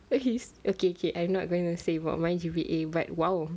but he is okay okay I'm not gonna say about my G_P_A but !wow!